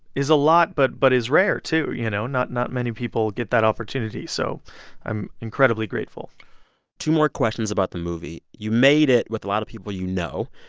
is a lot but but is rare, too, you know? not not many people get that opportunity, so i'm incredibly grateful two more questions about the movie. you made it with a lot of people you know,